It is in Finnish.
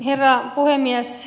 herra puhemies